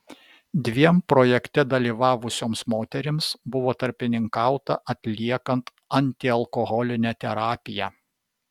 dviem projekte dalyvavusioms moterims buvo tarpininkauta atliekant antialkoholinę terapiją